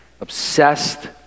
obsessed